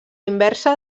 inversa